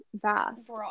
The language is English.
vast